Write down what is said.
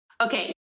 Okay